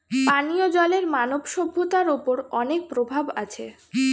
পানিও জলের মানব সভ্যতার ওপর অনেক প্রভাব আছে